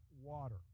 water